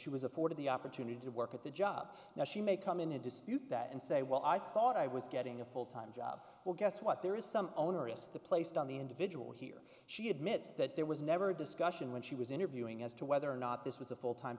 she was afforded the opportunity to work at the job now she may come in a dispute that and say well i thought i was getting a full time job well guess what there is some onerous the placed on the individual here she admits that there was never discussion when she was interviewing as to whether or not this was a full time